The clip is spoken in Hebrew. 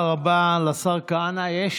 תודה רבה לשר כהנא.